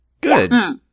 Good